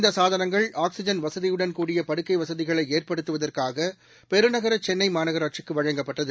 இந்த சாதனங்கள் ஆக்சிஜன் வசதியுடன் கூடிய படுக்கை வசதிகளை ஏற்படுத்துவதற்காக பெருநகர சென்னை மாநகராட்சிக்கு வழங்கப்பட்டது